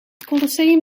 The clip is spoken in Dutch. colosseum